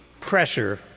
pressure